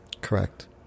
Correct